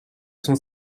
son